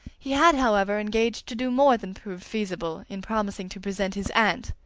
he had, however, engaged to do more than proved feasible, in promising to present his aunt,